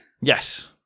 yes